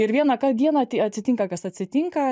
ir vienąkart dieną tai atsitinka kas atsitinka